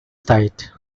site